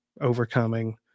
overcoming